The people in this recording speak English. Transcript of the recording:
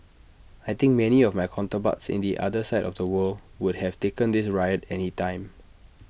I think many of my counterparts in the other side of the world would have taken this riot any time